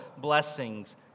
blessings